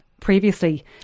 previously